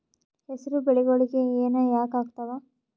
ಹೆಸರು ಬೆಳಿಗೋಳಿಗಿ ಹೆನ ಯಾಕ ಆಗ್ತಾವ?